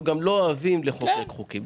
אנחנו גם לא אוהבים לחוקק חוקים.